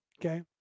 Okay